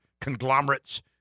conglomerates